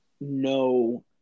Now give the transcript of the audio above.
no